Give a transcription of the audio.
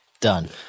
Done